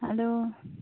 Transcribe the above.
hello